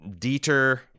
Dieter